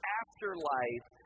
afterlife